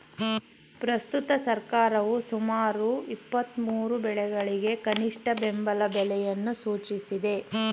ಪ್ರಸ್ತುತ ಸರ್ಕಾರವು ಸುಮಾರು ಇಪ್ಪತ್ಮೂರು ಬೆಳೆಗಳಿಗೆ ಕನಿಷ್ಠ ಬೆಂಬಲ ಬೆಲೆಯನ್ನು ಸೂಚಿಸಿದೆ